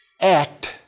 act